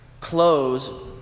close